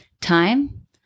Time